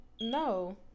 No